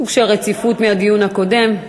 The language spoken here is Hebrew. סוג של רציפות מהדיון הקודם.